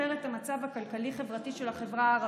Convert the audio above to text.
את המצב הכלכלי-חברתי של החברה הערבית.